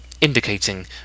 indicating